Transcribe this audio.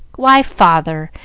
why, father,